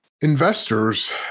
Investors